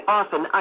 often